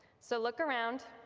so look around,